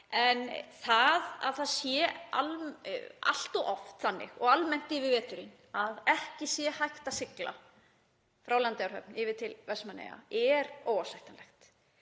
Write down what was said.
En það að það sé allt of oft þannig og almennt yfir veturinn að ekki sé hægt að sigla frá Landeyjahöfn yfir til Vestmannaeyja er óásættanlegt